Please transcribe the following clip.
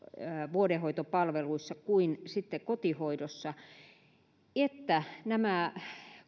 vuodehoitopalveluissa kuin kotihoidossa jotta nämä